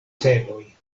celoj